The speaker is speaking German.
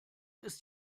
ist